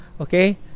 Okay